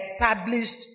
established